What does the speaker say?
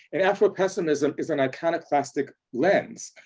and afropessimism is an iconoclastic lens.